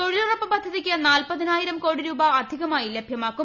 തൊഴിലുറപ്പ് പദ്ധതിക്ക് നാൽപ്പതിനായിരം കോടി രൂപ അധികമായി ലഭ്യമാക്കും